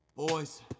Boys